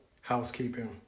housekeeping